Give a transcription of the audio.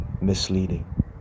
misleading